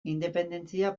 independentzia